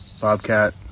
bobcat